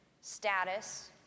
status